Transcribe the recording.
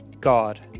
God